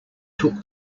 took